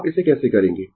आप इसे कैसे करेंगें